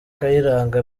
kayiranga